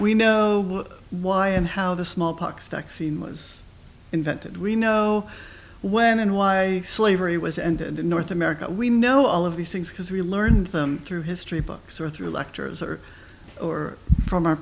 we know why and how the smallpox vaccine was invented we know when and why slavery was ended in north america we know all of these things because we learned them through history books or through lectures or or from our